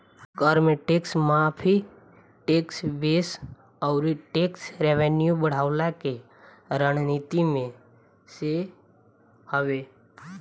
कर में टेक्स माफ़ी, टेक्स बेस अउरी टेक्स रेवन्यू बढ़वला के रणनीति में से हवे